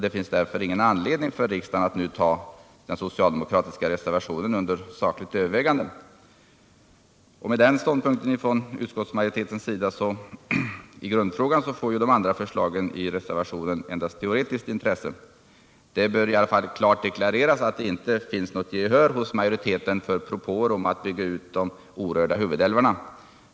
Det finns därför ingen anledning för riksdagen att ta reservationen under sakligt övervägande. Med den ståndpunkten från utskottsmajoritetens sida i grundfrågan får de andra förslagen i reservationen endast teoretiskt intresse. Det bör i alla fall klart deklareras att det inte finns något gehör hos majoriteten för propåer om att bygga ut de orörda huvudälvarna.